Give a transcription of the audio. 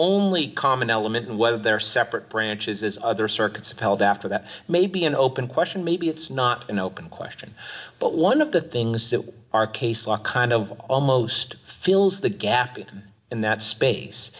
only common element and whether they're separate branches as other circuits upheld after that may be an open question maybe it's not an open question but one of the things that our case law kind of almost fills the gap in that space